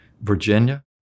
Virginia